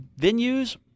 venues